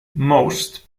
most